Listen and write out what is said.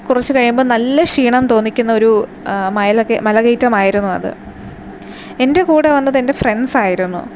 കുറച്ച് കഴിയുമ്പോൾ നല്ല ക്ഷീണം തോന്നിക്കുന്ന ഒരു മല കയറ്റമായിരുന്നു അത് എൻ്റെ കൂടെ വന്നത് എൻ്റെ ഫ്രെൻ്റ് സായിരുന്നു